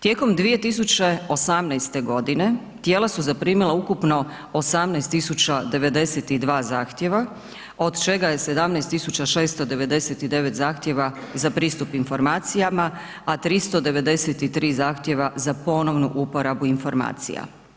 Tijekom 2018.g. tijela su zaprimila ukupno 18092 zahtjeva, od čega je 17699 zahtjeva za pristup informacijama, a 393 zahtjeva za ponovnu uporabu informacija.